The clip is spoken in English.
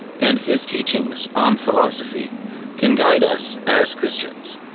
and his teachings on philosophy can guide us as christians.